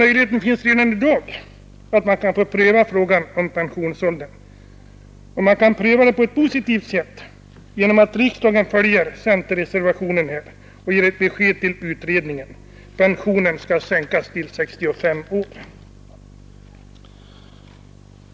Möjligheten finns redan i dag att pröva frågan om pensionsåldern. Man kan pröva den på ett positivt sätt genom att riksdagen följer centerreservationen och ger ett besked till utredningen om att pensionsåldern skall sänkas till 65 år.